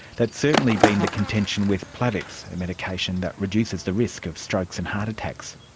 that's certainly been the contention with plavix, a medication that reduces the risk of strokes and heart attacks.